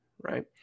right